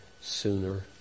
sooner